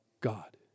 God